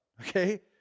Okay